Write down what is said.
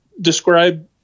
describe